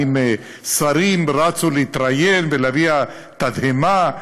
האם שרים רצו להתראיין ולהביע תדהמה,